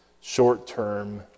short-term